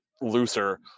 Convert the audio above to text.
looser